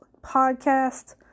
podcast